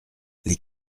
les